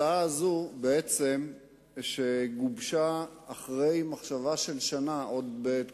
וההצעה הזו עברה את ועדת